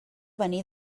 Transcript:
venir